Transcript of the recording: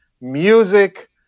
music